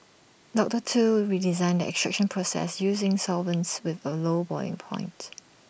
doctor Tu redesigned the extraction process using solvents with A low boiling point